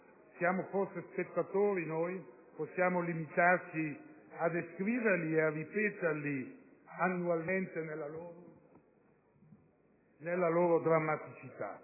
siamo forse spettatori? Possiamo limitarci a descriverli e a ripeterli annualmente nella loro drammaticità?